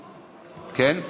כן?